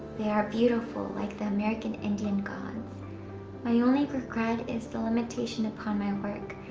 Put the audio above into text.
they are beautiful like the american indian gods my only regret is the limitation upon my work,